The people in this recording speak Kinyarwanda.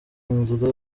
inzira